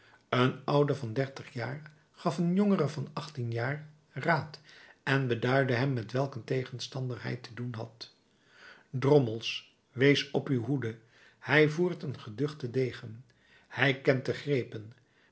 een oude van dertig jaar gaf een jongere van achttien jaar raad en beduidde hem met welk een tegenstander hij te doen had drommels wees op uw hoede hij voert een geduchten degen hij kent